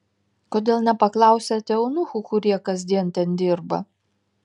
kodėl nepaklausiate eunuchų kurie kasdien ten dirba